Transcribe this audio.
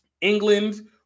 England